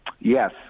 Yes